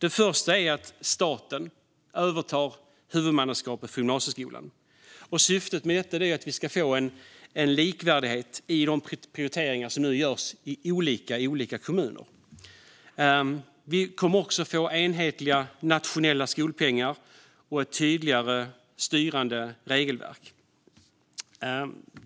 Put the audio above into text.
Staten måste överta huvudmannaskapet för gymnasieskolan. Syftet med detta är att få en likvärdighet i de prioriteringar som nu görs olika i olika kommuner. Vi kommer också att få enhetliga nationella skolpengar och ett tydligare styrande regelverk.